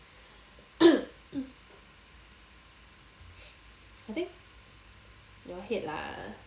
I think your head lah